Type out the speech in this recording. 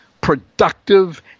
productive